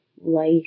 life